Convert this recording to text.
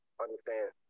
understand